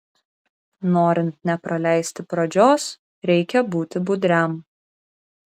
norint nepraleisti pradžios reikia būti budriam